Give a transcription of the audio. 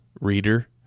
reader